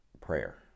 prayer